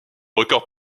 records